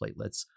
platelets